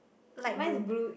light blue